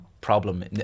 problem